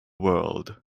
world